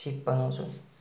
सिप बनाउँछु